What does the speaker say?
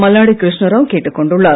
மல்லாடி கிருஷ்ண ராவ் கேட்டுக் கொண்டுள்ளார்